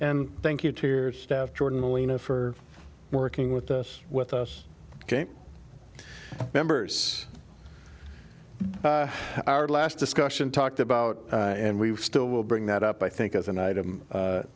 and thank you tears staff jordan molina for working with this with us members our last discussion talked about and we still will bring that up i think as an item